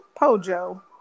pojo